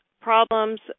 problems